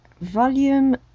Volume